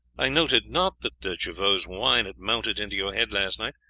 i noted not that de jouvaux's wine had mounted into your head last night,